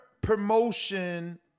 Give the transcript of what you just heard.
promotion